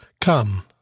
Come